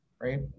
right